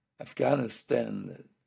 Afghanistan